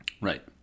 Right